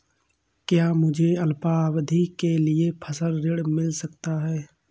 क्या मुझे अल्पावधि के लिए फसल ऋण मिल सकता है?